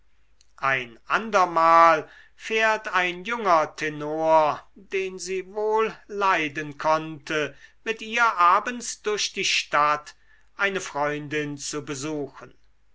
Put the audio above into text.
ein andermal fährt ein junger tenor den sie wohl leiden konnte mit ihr abends durch die stadt eine freundin zu besuchen